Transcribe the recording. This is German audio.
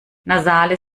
nasale